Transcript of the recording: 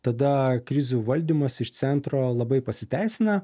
tada krizių valdymas iš centro labai pasiteisina